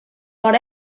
but